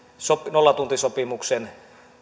nollatuntisopimuksen